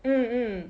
mm mm